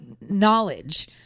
knowledge